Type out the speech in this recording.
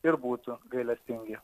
ir būtų gailestingi